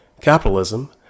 Capitalism